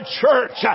church